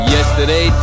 Yesterday